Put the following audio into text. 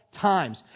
times